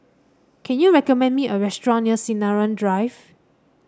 can you recommend me a restaurant near Sinaran Drive